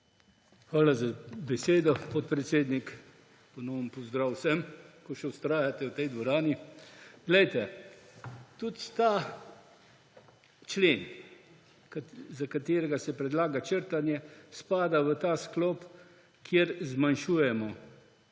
Hvala za besedo, podpredsednik. Ponoven pozdrav vsem, ki še vztrajate v tej dvorani! Tudi ta člen, za katerega se predlaga črtanje, spada v sklop, kjer zmanjšujemo